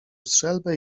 strzelbę